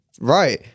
Right